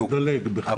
תדלג, בחייך.